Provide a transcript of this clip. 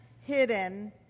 hidden